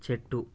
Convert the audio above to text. చెట్టు